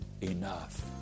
enough